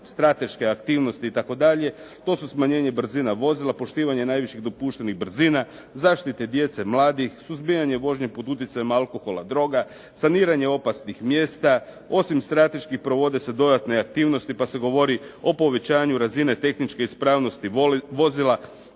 strateške aktivnosti itd., to su smanjenje brzina vozila, poštivanje najviših dopuštenih brzina, zaštite djece, mladih, suzbijanje vožnje pod utjecajem alkohola, droga, saniranje opasnih mjesta. Osim strateških provode se dodatne aktivnosti, pa se govori o povećanju razine tehničke ispravnosti vozila,